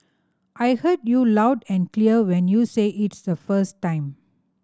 I heard you loud and clear when you said it the first time